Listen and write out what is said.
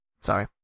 Sorry